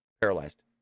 paralyzed